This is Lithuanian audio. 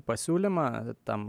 pasiūlymą tam